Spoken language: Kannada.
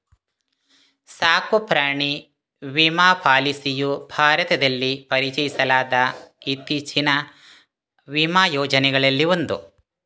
ಸಾಕು ಪ್ರಾಣಿ ವಿಮಾ ಪಾಲಿಸಿಯು ಭಾರತದಲ್ಲಿ ಪರಿಚಯಿಸಲಾದ ಇತ್ತೀಚಿನ ವಿಮಾ ಯೋಜನೆಗಳಲ್ಲಿ ಒಂದು